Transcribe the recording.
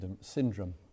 syndrome